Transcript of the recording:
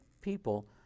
people